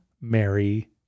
Mary